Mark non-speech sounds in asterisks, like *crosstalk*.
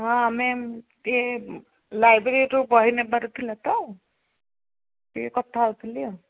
ହଁ ଆମେ *unintelligible* ଲାଇବ୍ରେରୀରୁ ବହି ନେବାର ଥିଲା ତ ଟିକେ କଥା ହେଉଥିଲି ଆଉ